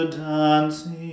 dancing